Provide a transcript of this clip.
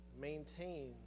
maintain